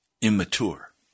immature